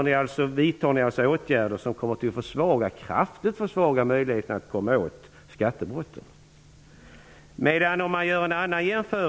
Ni vidtar alltså åtgärder som allvarligt kommer att försvaga möjligheterna att komma åt skattebrotten.